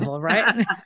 right